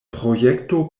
projekto